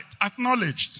acknowledged